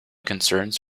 concerns